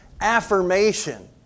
affirmation